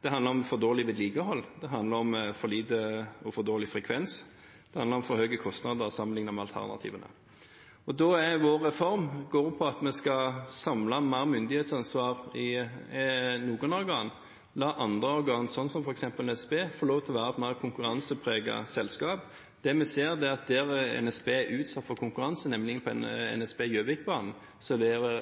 Det handler om for dårlig vedlikehold, det handler om for lite og for dårlig frekvens, det handler om for høye kostnader sammenlignet med alternativene. Vår reform går på at vi skal samle mer myndighetsansvar i noen organ, og la andre organ, som f.eks. NSB, få lov til å være et mer konkurransepreget selskap. Det vi ser, er at der NSB er utsatt for konkurranse, nemlig på NSB Gjøvikbanen,